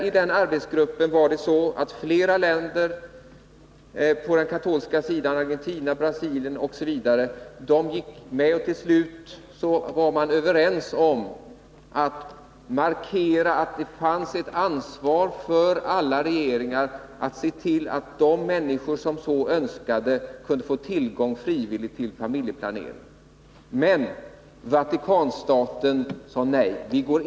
I den arbetsgruppen var det flera länder på den katolska sidan — bl.a. Argentina och Brasilien — som gick med på den föreslagna resolutionstexten. Till slut var man överens om att markera att alla regeringar har ett ansvar för att se till att de människor som så önskar kan få tillgång till frivillig familjeplanering. Men Vatikanstaten sade nej.